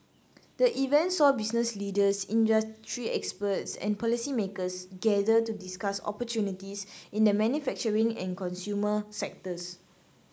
the event saw business leaders industry experts and policymakers gather to discuss opportunities in the manufacturing and consumer sectors